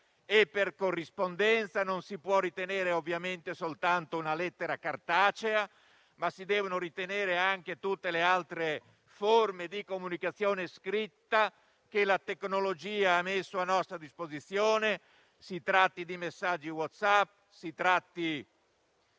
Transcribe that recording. E per corrispondenza non si può ritenere ovviamente soltanto una lettera cartacea, ma si devono ritenere anche tutte le altre forme di comunicazione scritta che la tecnologia ha messo a nostra disposizione, si tratti di messaggi WhatsApp, si tratti